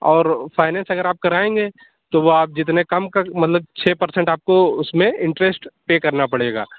اور فائننس اگر آپ کرائیں گے تو وہ آپ جتنے کم کر مطلب چھ پرسنٹ آپ کو اُس میں انٹرسٹ پے کرنا پڑے گا